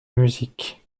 musique